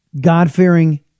God-fearing